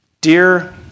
Dear